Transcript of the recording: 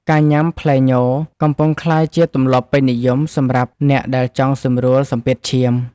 ការញ៉ាំផ្លែញ កំពុងក្លាយជាទម្លាប់ពេញនិយមសម្រាប់អ្នកដែលចង់សម្រួលសម្ពាធឈាម។